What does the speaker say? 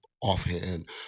offhand